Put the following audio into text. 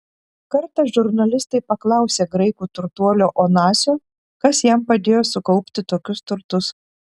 kartą žurnalistai paklausė graikų turtuolio onasio kas jam padėjo sukaupti tokius turtus